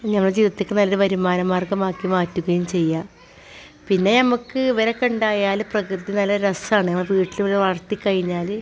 ഞങ്ങളെ ജീവിതത്തേക്ക് നല്ല വരുമാന മാർഗമാക്കി മാറ്റുകയും ചെയ്യാം പിന്നെ നമുക്ക് ഇവരൊക്കുണ്ടായാൽ പ്രകൃതി നല്ല രസമാണ് വീട്ടിൽ വളർത്തി കഴിഞ്ഞാൽ